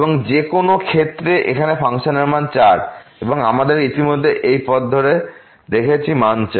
এবং যে কোন ক্ষেত্রে এখানে ফাংশনের মান 4 এবং আমরা ইতিমধ্যেই এই পথ ধরে দেখেছি মান 4